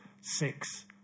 six